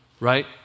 Right